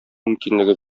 мөмкинлеге